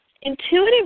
Intuitive